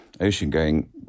ocean-going